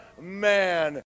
man